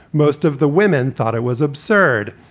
most of the women thought it was absurd.